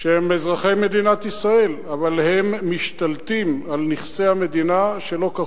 שהם אזרחי מדינת ישראל אבל הם משתלטים על נכסי המדינה שלא כחוק.